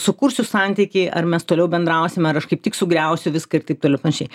sukursiu santykį ar mes toliau bendrausime ar aš kaip tik sugriausiu viską ir taip toliau ir panašiai